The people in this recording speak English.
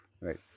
Right